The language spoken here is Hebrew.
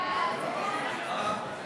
הצעת ועדת הכנסת